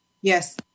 Yes